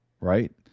right